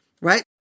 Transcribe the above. Right